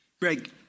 Greg